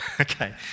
okay